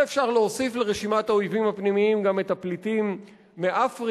ואפשר להוסיף לרשימת האויבים הפנימיים גם את הפליטים מאפריקה.